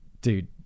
dude